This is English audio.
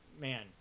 man